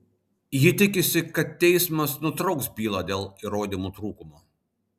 ji tikisi kad teismas nutrauks bylą dėl įrodymų trūkumo